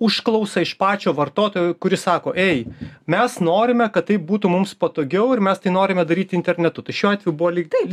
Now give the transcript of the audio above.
užklausą iš pačio vartotojo kuris sako ei mes norime kad taip būtų mums patogiau ir mes tai norime daryti internetu tai šiuo atveju buvo lyg tai